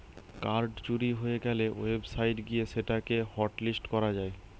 card চুরি হয়ে গ্যালে ওয়েবসাইট গিয়ে সেটা কে হটলিস্ট করা যায়